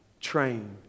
Train